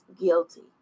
guilty